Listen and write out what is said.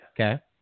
Okay